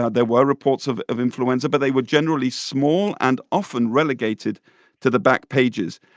ah there were reports of of influenza, but they were generally small and often relegated to the back pages.